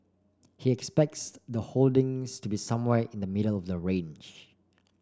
he expects the holdings to be somewhere in the middle of the range